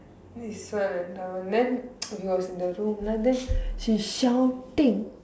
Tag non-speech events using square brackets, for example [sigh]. this one is ah then [noise] we were in the room then she's shouting